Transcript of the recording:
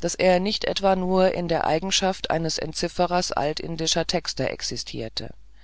daß er nicht etwa nur in der eigenschaft eines entzifferers altindischer texte existierte